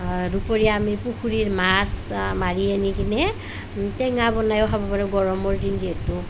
দুপৰীয়া আমি পুখুৰীৰ মাছ মাৰি আনি কিনে টেঙা বনাইও খাব পাৰোঁ গৰমৰ দিন যিহেতু